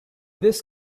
this